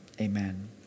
amen